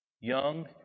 Young